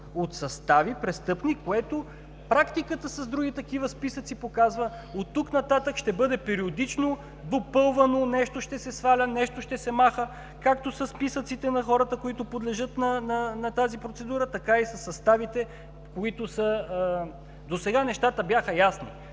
от престъпни състави, което практиката с други такива списъци показва? От тук нататък ще бъде периодично допълвано нещо, ще се сваля нещо, ще се маха, както със списъците на хората, които подлежат на тази процедура, така и със съставите, които са… Досега нещата бяха ясни